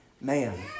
man